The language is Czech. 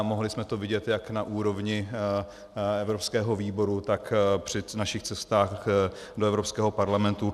Mohli jsme to vidět jak na úrovni evropského výboru, tak při našich cestách do Evropského parlamentu.